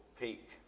peak